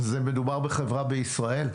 מדובר בחברה בישראל.